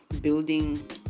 building